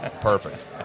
Perfect